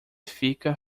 fica